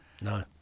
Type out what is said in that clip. No